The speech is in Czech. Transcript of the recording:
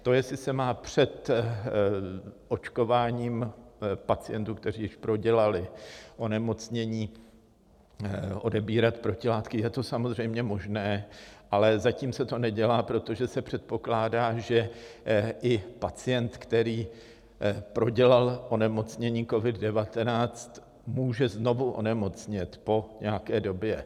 To, jestli se mají před očkováním pacientům, kteří již prodělali onemocnění, odebírat protilátky je to samozřejmě možné, ale zatím se to nedělá, protože se předpokládá, že i pacient, který prodělal onemocnění COVID19, může znovu onemocnět po nějaké době.